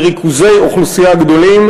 בריכוזי אוכלוסייה גדולים,